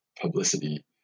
publicity